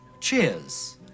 cheers